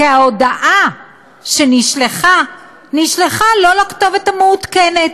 כי ההודעה לא נשלחה לכתובת המעודכנת.